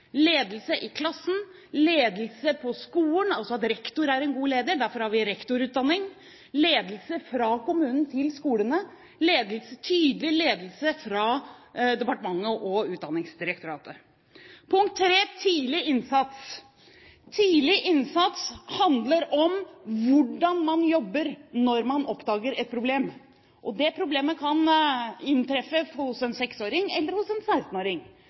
ledelse i klassen, ledelse på skolen, altså at rektor er en god leder, derfor har vi rektorutdanning, ledelse fra kommunen til skolene, tydelig ledelse fra departementet og Utdanningsdirektoratet. Punkt 3 er tidlig innsats. Tidlig innsats handler om hvordan man jobber når man oppdager et problem. Det problemet kan inntreffe hos en seksåring eller hos en